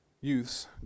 youths